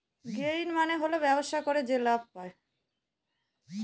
gain মানে হল ব্যবসা করে যে লাভ পায়